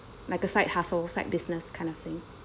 like a side hustle side business kind of thing